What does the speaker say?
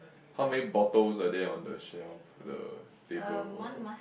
how many bottles are there on the shelf the table or whatever